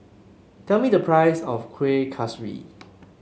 tell me the price of Kuih Kaswi